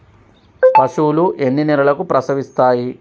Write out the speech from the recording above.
పశువులు ఎన్ని నెలలకు ప్రసవిస్తాయి?